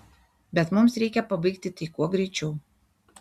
bet mums reikia pabaigti tai kuo greičiau